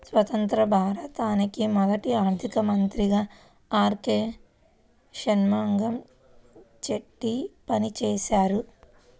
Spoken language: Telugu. స్వతంత్య్ర భారతానికి మొదటి ఆర్థిక మంత్రిగా ఆర్.కె షణ్ముగం చెట్టి పనిచేసారు